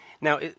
Now